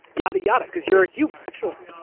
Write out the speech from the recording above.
yadda, yadda, cause you're a human. sure.